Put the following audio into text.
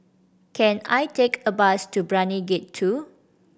can I take a bus to Brani Gate Two